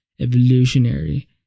evolutionary